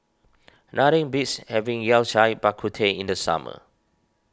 nothing beats having Yao Cai Bak Kut Teh in the summer